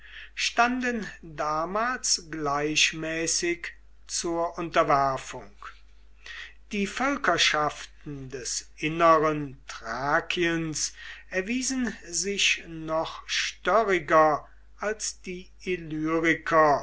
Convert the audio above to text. standen damals gleichmäßig zur unterwerfung die völkerschaften des inneren thrakiens erwiesen sich noch störriger als die